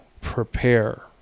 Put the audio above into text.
prepare